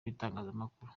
ibitangazamakuru